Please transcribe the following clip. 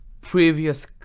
Previous